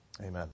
Amen